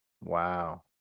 Wow